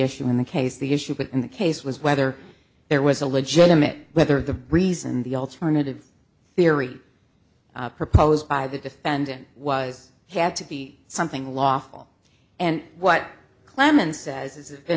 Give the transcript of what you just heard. issue in the case the issue but in the case was whether there was a legitimate whether the reason the alternative theory proposed by the defendant was have to be something lawful and what clemens says has been